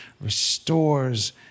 restores